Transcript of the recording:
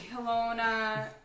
Kelowna